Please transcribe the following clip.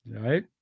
Right